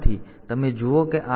તેથી તમે જુઓ કે આ સ્થાનો